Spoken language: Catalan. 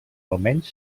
almenys